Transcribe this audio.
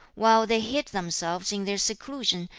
while they hid themselves in their seclusion,